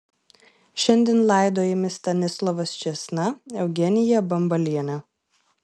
šiandien laidojami stanislovas čėsna eugenija bambalienė